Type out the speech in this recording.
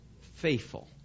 Faithful